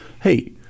hey